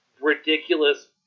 ridiculous